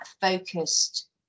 focused